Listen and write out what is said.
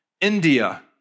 India